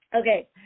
okay